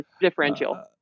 differential